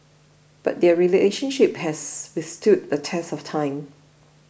but their relationship has withstood the test of time